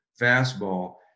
fastball